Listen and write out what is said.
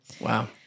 Wow